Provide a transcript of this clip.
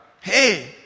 hey